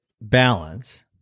balance